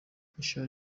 machar